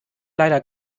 leider